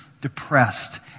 depressed